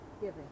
giving